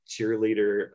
cheerleader